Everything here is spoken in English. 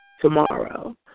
tomorrow